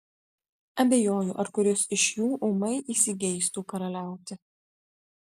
abejoju ar kuris iš jų ūmai įsigeistų karaliauti